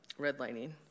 redlining